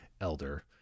elder